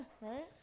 right